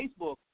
Facebook